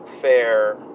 fair